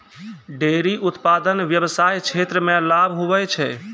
dairy उप्तादन व्याबसाय क्षेत्र मे लाभ हुवै छै